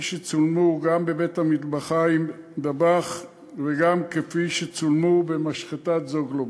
שצולמו גם בבית-המטבחיים "דבאח" וגם כפי שצולמו במשחטת "זוגלובק".